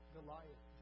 Goliath